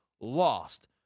lost